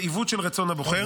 זה עיוות של רצון הבוחר.